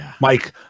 Mike